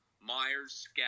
Myers